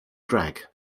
drag